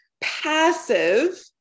passive